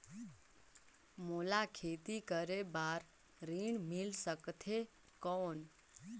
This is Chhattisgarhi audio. मोला खेती करे बार ऋण मिल सकथे कौन?